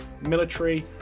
military